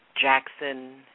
Jackson